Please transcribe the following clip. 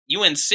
UNC